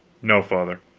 no, father,